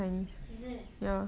is it